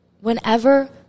Whenever